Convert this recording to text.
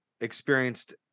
experienced